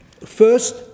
First